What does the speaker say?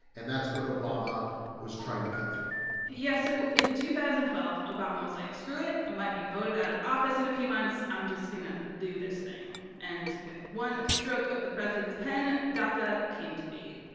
and that's what obama was trying to cut through yeah. so in two thousand and twelve, obama was like, screw it. i might be voted out of office in a few months. i'm just going to do this thing. and with one stroke of the president's pen, daca daca came to be.